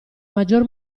maggior